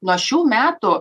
nuo šių metų